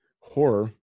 horror